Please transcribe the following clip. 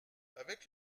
avec